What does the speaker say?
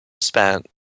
spent